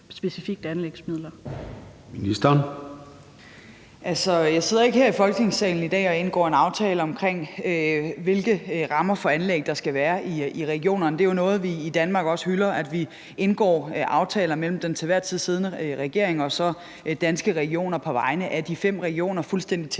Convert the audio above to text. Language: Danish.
sundhedsministeren (Sophie Løhde): Altså, jeg sidder ikke her i Folketingssalen i dag og indgår en aftale om, hvilke rammer for anlæg der skal være i regionerne. Det er jo noget, vi i Danmark også hylder, altså at vi indgår aftaler mellem den til enhver tid siddende regering og så Danske Regioner på vegne af de fem regioner – fuldstændig